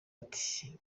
ati